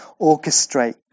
orchestrate